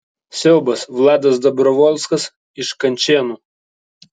siaubas vladas dabrovolskas iš kančėnų